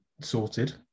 sorted